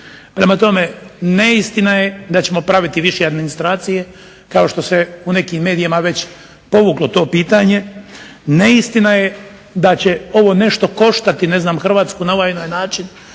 Prema tome, neistina je da ćemo praviti više administracije kao što se u nekim medijima povuklo to pitanje, neistina je da će ovo nešto koštati HRvatsku na ovaj ili onaj način